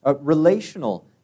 Relational